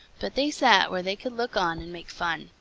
but they sat where they could look on and make fun.